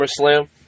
SummerSlam